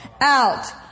out